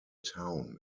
town